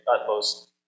utmost